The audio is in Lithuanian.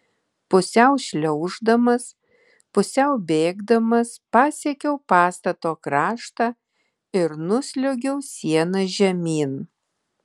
pusiau šliauždamas pusiau bėgdamas pasiekiau pastato kraštą ir nusliuogiau siena žemyn